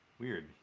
Weird